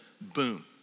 boom